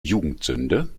jugendsünde